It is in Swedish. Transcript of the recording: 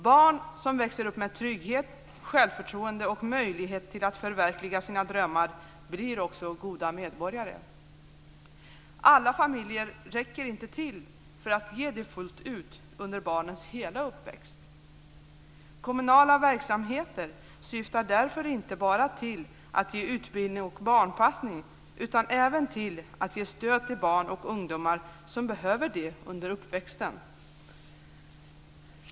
Barn som växer upp med trygghet, självförtroende och möjlighet att förverkliga sina drömmar blir också goda medborgare. Alla familjer räcker inte till för att ge detta fullt ut under barnens hela uppväxt. Kommunala verksamheter syftar därför inte bara till att ge utbildning och barnpassning utan även till att ge stöd till barn och ungdomar som behöver det under uppväxten.